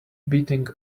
beating